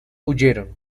huyeron